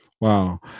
wow